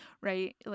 right